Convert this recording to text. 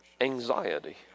anxiety